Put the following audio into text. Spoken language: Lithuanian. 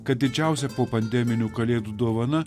kad didžiausia popandeminių kalėdų dovana